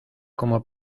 como